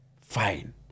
fine